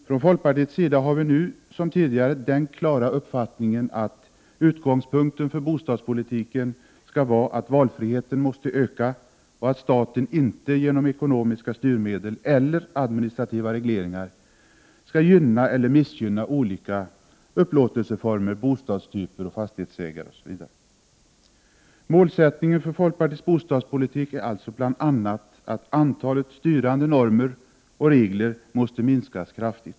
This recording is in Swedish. Från folkpartiets sida har vi nu som tidigare den klara uppfattningen att utgångspunkten för bostadspolitiken skall vara att valfriheten måste öka och att staten inte genom ekonomiska styrmedel och administrativa regleringar skall gynna eller missgynna olika upplåtelseformer, bostadstyper och fastighetsägare. Målsättningen för folkpartiets bostadspolitik är alltså bl.a. att antalet styrande normer och regler kraftigt skall minska.